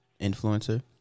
influencer